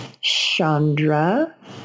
Chandra